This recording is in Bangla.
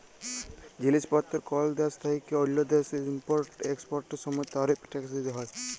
জিলিস পত্তর কল দ্যাশ থ্যাইকে অল্য দ্যাশে ইম্পর্ট এক্সপর্টের সময় তারিফ ট্যাক্স দ্যিতে হ্যয়